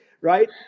Right